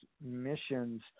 missions